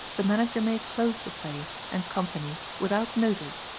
the manager may close the play and company without notice,